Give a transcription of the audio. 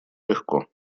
легко